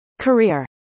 Career